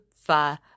fa